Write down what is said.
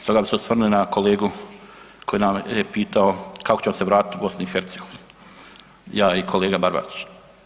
Stoga bih se osvrnuo i na kolegu koji je pitao kako ćemo se vratiti u BiH, ja i kolega Barbarić.